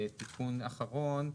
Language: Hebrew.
והתיקון האחרון,